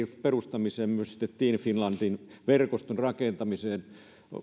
perustamisen ja myös sitten team finlandin verkoston rakentamisen